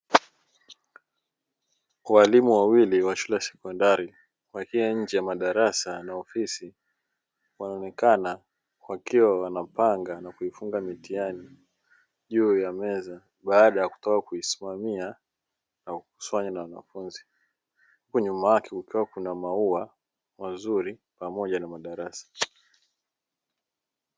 Walimu wawili wa shule ya sekondari wakiwa nje ya madarasa na ofisi, wanaonekana wakiwa wanapanga na kuifunga mitihani juu ya meza, baada ya kutoka kuisimamia na kukusanywa na wanafunzi; huku nyuma yake kukiwa na maua mazuri pamoja na madarasa.